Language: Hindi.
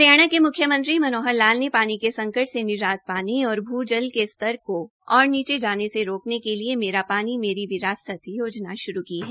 हरियाणा के म्ख्यमंत्री मनोहर लाल ने पानी के संकट से निजात पाने और भ्र जल के स्तर को और नीचे जाने से रोकने के लिए मेरा पानी मेरी विरासत योजना श्रू की है